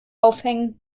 aufhängen